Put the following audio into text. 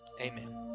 Amen